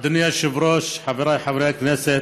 אדוני היושב-ראש, חבריי חברי הכנסת,